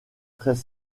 très